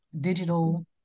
digital